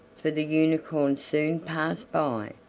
for the unicorn soon passed by,